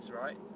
right